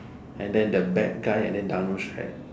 and then the bad guy and then Dhanush right